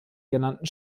genannten